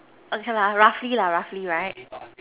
okay lah roughly lah roughly right